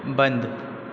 बन्द